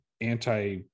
anti